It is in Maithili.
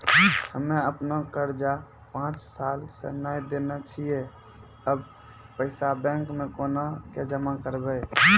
हम्मे आपन कर्जा पांच साल से न देने छी अब पैसा बैंक मे कोना के जमा करबै?